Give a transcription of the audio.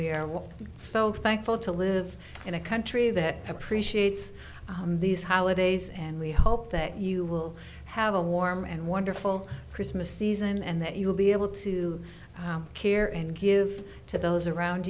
we are so thankful to live in a country that appreciates these holidays and we hope that you will have a warm and wonderful christmas season and that you will be able to care and give to those around